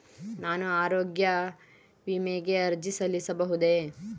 ನಾನು ಆರೋಗ್ಯ ವಿಮೆಗೆ ಅರ್ಜಿ ಸಲ್ಲಿಸಬಹುದೇ?